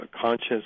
conscious